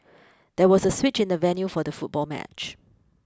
there was a switch in the venue for the football match